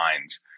minds